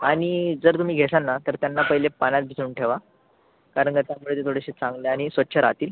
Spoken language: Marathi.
आणि जर तुम्ही घेसाल ना तर त्यांना पहिले पाण्यात भिजवून ठेवा कारण का त्यामुळे ते थोडेसे चांगले आणि स्वच्छ राहतील